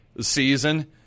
season